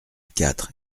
quatre